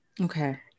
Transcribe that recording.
Okay